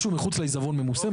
מה שמחוץ לעיזבון ממוסה,